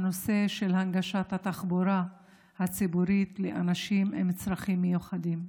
את נושא הנגשת התחבורה הציבורית לאנשים עם צרכים מיוחדים.